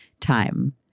time